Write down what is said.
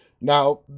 Now